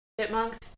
chipmunks